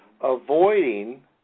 Avoiding